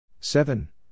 seven